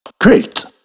great